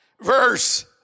verse